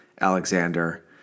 Alexander